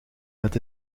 met